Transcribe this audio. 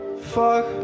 Fuck